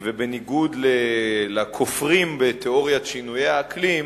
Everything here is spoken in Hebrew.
ובניגוד לכופרים בתיאוריית שינויי האקלים,